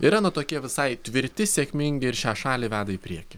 yra na tokie visai tvirti sėkmingi ir šią šalį veda į priekį